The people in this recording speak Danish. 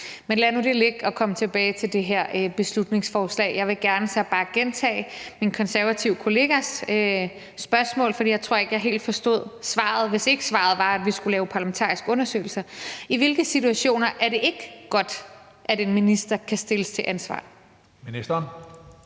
og lad os komme tilbage til det her beslutningsforslag. Jeg vil så bare gerne gentage min konservative kollegas spørgsmål, for jeg tror ikke, jeg helt forstod svaret, hvis ikke svaret var, at vi skulle lave parlamentariske undersøgelser: I hvilke situationer er det ikke godt, at en minister kan stilles til ansvar? Kl.